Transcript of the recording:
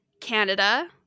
Canada